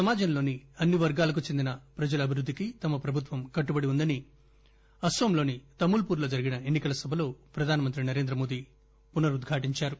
సమాజంలోని అన్ని వర్గాలకు చెందిన ప్రజల అభివృద్దికి తమ ప్రభుత్వం కట్టుబడి ఉందని అన్పోంలోని తమూల్ పూర్ లో జరిగిన ఎన్నికల సభలో ప్రధానమంత్రి నరేంద్రమోదీ పునరుద్ఘాటించారు